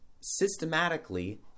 systematically